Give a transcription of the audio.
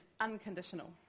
unconditional